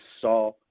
saw